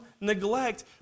neglect